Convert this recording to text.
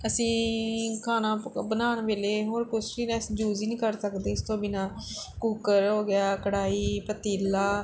ਅਸੀਂ ਖਾਣਾ ਪਕ ਬਣਾਉਣ ਵੇਲੇ ਹੋਰ ਕੁਛ ਯੂਜ ਹੀ ਨਹੀਂ ਕਰ ਸਕਦੇ ਇਸ ਤੋਂ ਬਿਨਾਂ ਕੁੱਕਰ ਹੋ ਗਿਆ ਕੜਾਹੀ ਪਤੀਲਾ